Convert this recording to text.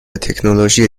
تکنولوژی